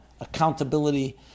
accountability